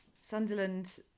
Sunderland